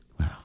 wow